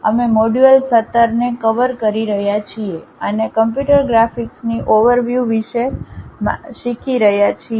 અમે મોડ્યુલ 17 ને કવર કરી રહ્યા છીએ અને કમ્પ્યુટર ગ્રાફિક્સની ઓવરવ્યુ વિશે શીખી રહ્યાં છે II